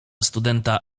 studenta